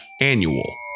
annual